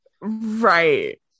right